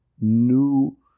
new